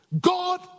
God